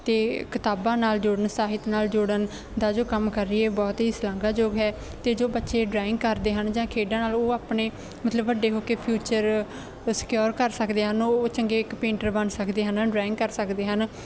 ਅਤੇ ਕਿਤਾਬਾਂ ਨਾਲ ਜੋੜਨ ਸਾਹਿਤ ਨਾਲ ਜੋੜਨ ਦਾ ਜੋ ਕੰਮ ਕਰ ਰਹੀ ਹੈ ਬਹੁਤ ਹੀ ਸ਼ਲਾਘਾ ਯੋਗ ਹੈ ਅਤੇ ਜੋ ਬੱਚੇ ਡਰਾਇੰਗ ਕਰਦੇ ਹਨ ਜਾਂ ਖੇਡਾਂ ਨਾਲ ਉਹ ਆਪਣੇ ਮਤਲਬ ਵੱਡੇ ਹੋ ਕੇ ਫਿਊਚਰ ਸਿਕਿਓਰ ਕਰ ਸਕਦੇ ਹਨ ਉਹ ਚੰਗੇ ਇੱਕ ਪੇਂਟਰ ਬਣ ਸਕਦੇ ਹਨ ਡਰਾਇੰਗ ਕਰ ਸਕਦੇ ਹਨ